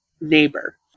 neighbor